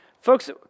Folks